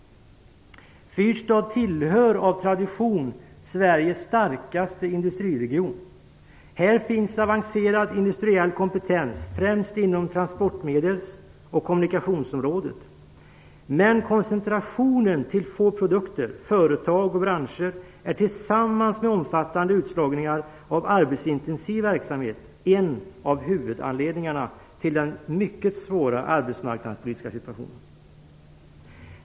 Fyrstad tillhör av tradition Sveriges starkaste industriregioner. Här finns avancerad industriell kompetens främst inom transportmedels och kommunikationsområdet, men koncentrationen till få produkter, företag och branscher är tillsammans med omfattande utslagning av arbetsintensiv verksamhet en av huvudanledningarna till den mycket svåra arbetsmarknadspolitiska situationen.